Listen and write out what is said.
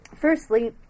firstly